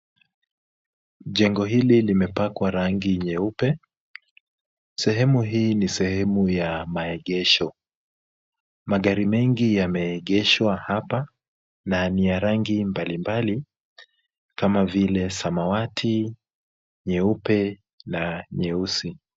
Jengo hili limepakwa rangi nyeupe, sehemu hii ni sehemu ya maegesho. Magari mengi yameegeshwa hapa na ni ya rangi mbalimbali kama vile samawati, nyeupe na nyeusi.